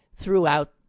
throughout